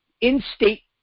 in-state